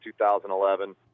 2011